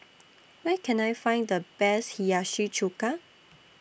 Where Can I Find The Best Hiyashi Chuka